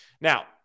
Now